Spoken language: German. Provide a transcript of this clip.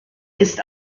ist